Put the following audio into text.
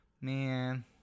Man